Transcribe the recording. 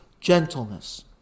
gentleness